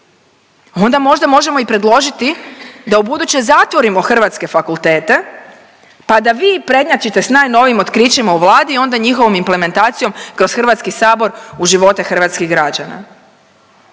onda možda možemo i predložiti da u buduće zatvorimo hrvatske fakultete, pa da vi prednjačite sa najnovijim otkrićima u Vladi, onda njihovom implementacijom kroz Hrvatski sabor u živote hrvatskih građana.